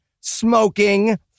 smoking